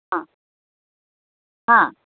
हां हां